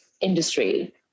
industry